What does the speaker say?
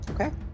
okay